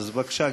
אז בבקשה,